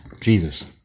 jesus